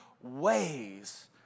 ways